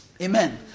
Amen